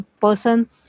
person